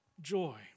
Joy